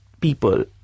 people